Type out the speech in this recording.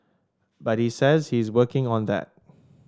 but he says he is working on that